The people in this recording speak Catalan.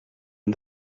han